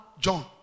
John